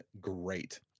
great